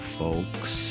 folks